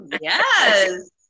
Yes